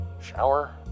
Shower